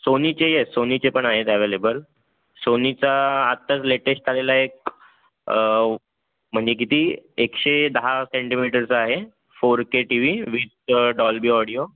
सोनीचेही आहेत सोनीचे पण आहेत अवेलेबल सोनीचा आत्ताच लेटेस्ट आलेला एक म्हणजे किती एकशे दहा सेंटीमीटरचा आहे four K T V with Dolby audio